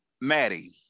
Maddie